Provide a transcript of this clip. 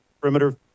perimeter